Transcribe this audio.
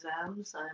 exams